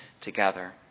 together